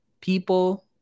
people